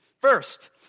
first